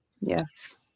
Yes